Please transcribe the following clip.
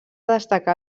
destacar